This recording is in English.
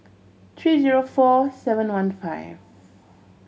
three zero four seven one five